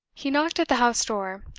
he knocked at the house door.